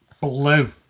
blue